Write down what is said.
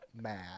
mad